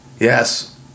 Yes